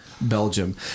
Belgium